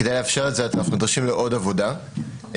כדי לאפשר את זה אנחנו נדרשים לעוד עבודה מעמיקה,